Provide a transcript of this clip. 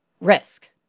risk